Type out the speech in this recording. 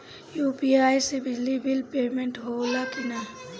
UPI से बिजली bill payment होला कि न?